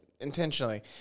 intentionally